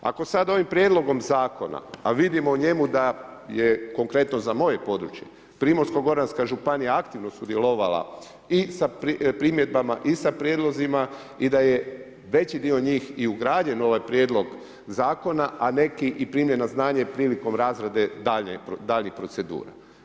Ako sad ovim prijedlogom zakona, a vidimo u njemu da je konkretno za moje područje primorsko-goranska županija aktivno sudjelovala i sa primjedbama i sa prijedlozima i da je veći dio njih i ... ovaj prijedlog zakona, a neki i primio na znanje prilikom razrade daljnjih procedura.